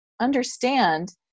understand